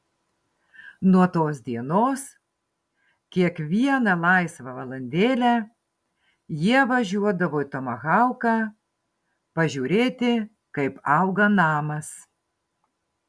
nuo tos dienos kiekvieną laisvą valandėlę jie važiuodavo į tomahauką pažiūrėti kaip auga namas